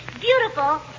beautiful